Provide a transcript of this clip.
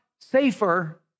safer